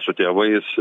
su tėvais